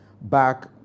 back